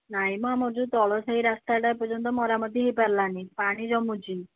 ନାହିଁ ମ ଆମର ଯେଉଁ ତଳସାହି ରାସ୍ତାଟା ଏପର୍ଯ୍ୟନ୍ତ ମରାମତି ହୋଇ ପାରିଲାନି ପାଣି ଜମୁଛି